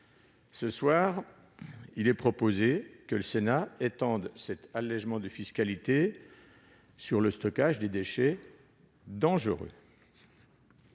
Ce soir, il est proposé au Sénat d'étendre cet allégement de fiscalité au stockage des déchets dangereux.